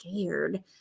scared